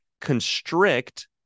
constrict